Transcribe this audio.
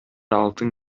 алтын